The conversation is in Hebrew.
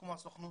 כמו הסוכנות,